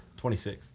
26